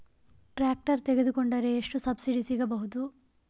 Tractor ತೊಕೊಂಡರೆ ಎಷ್ಟು subsidy ಸಿಗಬಹುದು?